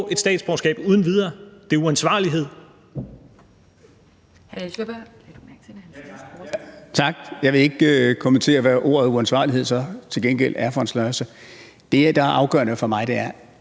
et statsborgerskab uden videre. Det er uansvarlighed.